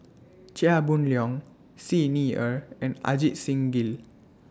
Chia Boon Leong Xi Ni Er and Ajit Singh Gill